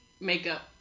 makeup